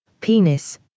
penis